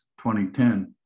2010